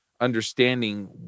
understanding